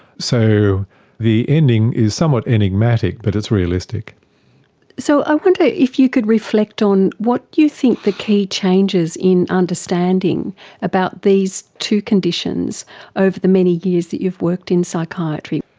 so the ending is somewhat enigmatic but it's realistic so i wonder if you could reflect on what you think are the key changes in understanding about these two conditions over the many years that you've worked in psychiatry.